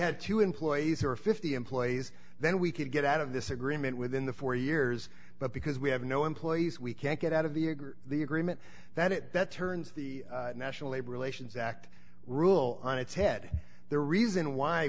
had two employees or fifty employees then we could get out of this agreement within the four years but because we have no employees we can't get out of the agreed the agreement that it that turns the national labor relations act rule on its head the reason why